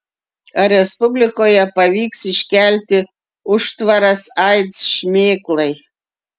ar respublikoje pavyks iškelti užtvaras aids šmėklai